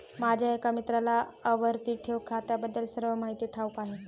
माझ्या एका मित्राला आवर्ती ठेव खात्याबद्दल सर्व माहिती ठाऊक आहे